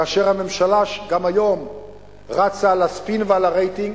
כאשר הממשלה גם היום רצה על הספין ועל הרייטינג?